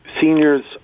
seniors